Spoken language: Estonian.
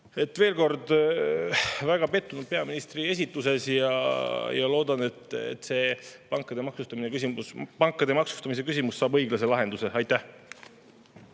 Veel kord: olen väga pettunud peaministri esituses ja loodan, et pankade maksustamise küsimus saab õiglase lahenduse. Aitäh!